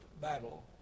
battle